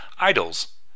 idols